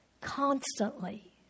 constantly